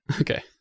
Okay